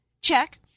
check